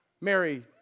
Mary